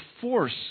force